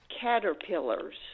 caterpillars